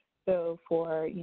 so, for, you